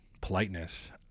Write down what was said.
politeness